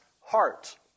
heart